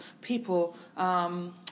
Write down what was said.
people